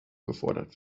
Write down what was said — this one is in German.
gefordert